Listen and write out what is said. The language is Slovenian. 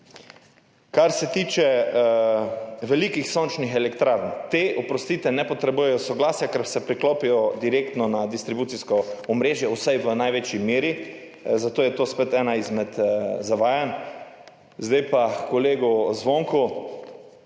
Kar se tiče velikih sončnih elektrarn. Te, oprostite, ne potrebujejo soglasja, ker se priklopijo direktno na distribucijsko omrežje, vsaj v največji meri, zato je to spet eno izmed zavajanj. Zdaj pa h kolegu Zvonku.